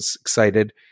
excited